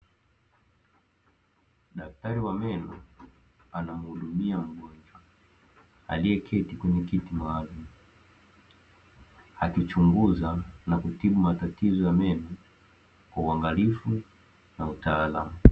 Daktari wa meno anamhudumia mgonjwa aliyeketi kwenye kiti maalumu, akichunguza na kutibu matatizo ya meno kwa uangalifu na utaalamu.